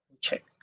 Check